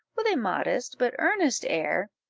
with a modest, but earnest air,